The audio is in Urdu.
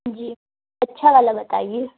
جی اچھا والا بتائیے